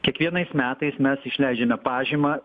kiekvienais metais mes išleidžiame pažymą